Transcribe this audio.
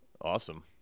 Awesome